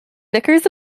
knickers